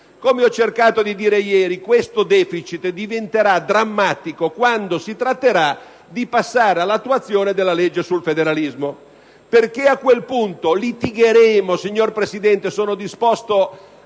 Come ho cercato di dire ieri, questo deficit diventerà drammatico quando si tratterà di passare all'attuazione della legge sul federalismo, perché a quel punto - signor Presidente, sono disposto